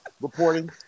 reporting